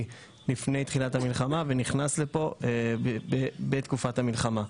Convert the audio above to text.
לפני תחילת המלחמה ונכנס לפה בתקופת המלחמה.